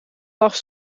lag